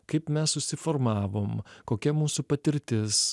kaip mes susiformavom kokia mūsų patirtis